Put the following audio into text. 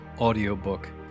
audiobook